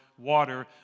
water